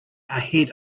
ahead